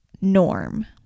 norm